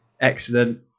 Excellent